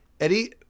Eddie